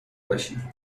باشی